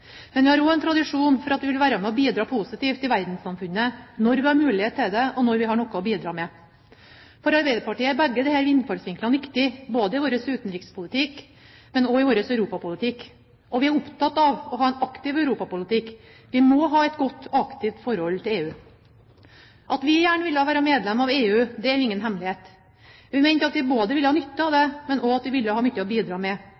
Men vi har også en tradisjon for at vi vil være med og bidra positivt i verdenssamfunnet når vi har mulighet til det, og når vi har noe å bidra med. For Arbeiderpartiet er begge disse innfallsvinklene viktige, både i vår utenrikspolitikk og i vår europapolitikk. Vi er opptatt av å ha en aktiv europapolitikk; vi må ha et godt og aktivt forhold til EU. At vi gjerne ville vært medlem av EU, er ingen hemmelighet. Vi mente at vi både ville hatt nytte av det og ville hatt mye å bidra med